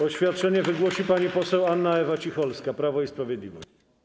Oświadczenie wygłosi pani poseł Anna Ewa Cicholska, Prawo i Sprawiedliwość.